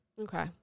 Okay